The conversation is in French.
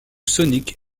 sonic